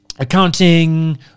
Accounting